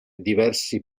diversi